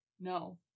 No